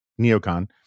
neocon